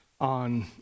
on